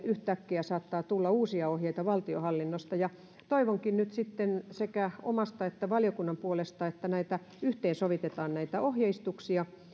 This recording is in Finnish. yhtäkkiä saattaa tulla uusia ohjeita valtionhallinnosta ja toivonkin nyt sekä omasta että valiokunnan puolesta että yhteensovitetaan näitä ohjeistuksia